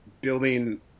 building